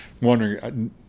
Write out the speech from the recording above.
wondering